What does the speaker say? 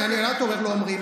למה אתה אומר שלא אומרים?